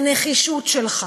הנחישות שלך,